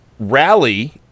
Rally